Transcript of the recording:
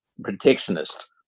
Protectionist